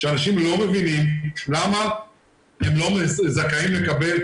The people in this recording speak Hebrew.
שאנשים לא מבינים למה הם לא זכאים לקבל.